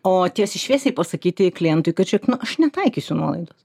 o tiesiai šviesiai pasakyti klientui kad čia nu aš netaikysiu nuolaidos